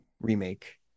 remake